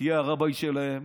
תהיה הרביי שלהם.